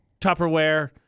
Tupperware